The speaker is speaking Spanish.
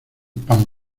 pan